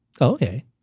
okay